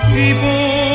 people